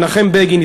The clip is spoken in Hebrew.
מנחם בגין,